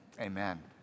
Amen